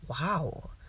wow